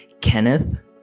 Kenneth